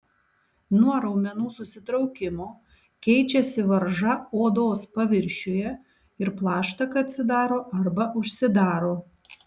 nuo raumenų susitraukimo keičiasi varža odos paviršiuje ir plaštaka atsidaro arba užsidaro